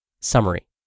Summary